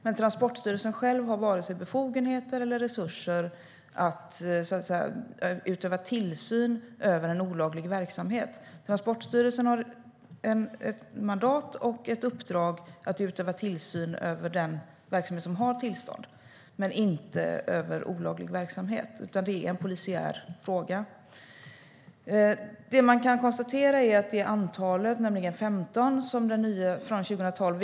Men Transportstyrelsen har varken befogenheter eller resurser för att utöva tillsyn över en olaglig verksamhet. Transportstyrelsen har ett mandat och ett uppdrag att utöva tillsyn över den verksamhet som har tillstånd men inte över olaglig verksamhet - det är en polisiär fråga. Sedan 2012 är antalet elever som en handledare får ha 15.